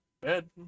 Bed